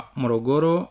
morogoro